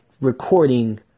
recording